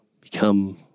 become